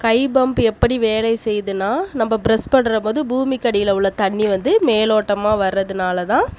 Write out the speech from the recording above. கை pump எப்படி வேலை செய்யுதுனா நம்ம பிரெஸ் பண்ணுறம் போது பூமிக்கு அடியில் உள்ள தண்ணி வந்து மேலோட்டமாக வர்றதுனால் தான்